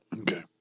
Okay